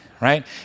right